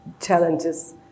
challenges